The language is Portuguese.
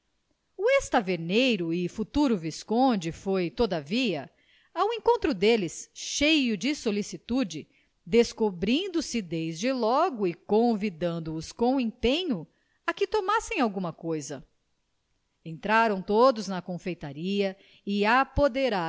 o ex taverneiro e futuro visconde foi todavia ao encontro deles cheio de solicitude descobrindo se desde logo e convidando os com empenho a que tomassem alguma coisa entraram todos na confeitaria e apoderaram se da primeira